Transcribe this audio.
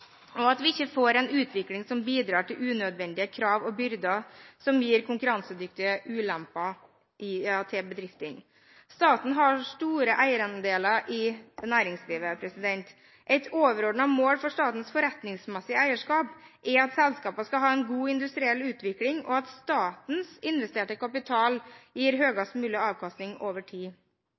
og at vi ikke får en utvikling som bidrar til unødvendige krav og byrder som gir konkurransemessige ulemper for bedriftene. Staten har store eierandeler i næringslivet. Et overordnet mål for statens forretningsmessige eierskap er at selskapene skal ha en god industriell utvikling, og at statens investerte kapital gir høyest mulig avkastning over tid.